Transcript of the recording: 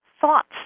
thoughts